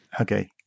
Okay